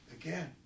again